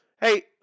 Hey